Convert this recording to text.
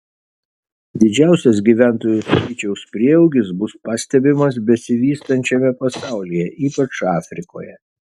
didžiausias gyventojų skaičiaus prieaugis bus pastebimas besivystančiame pasaulyje ypač afrikoje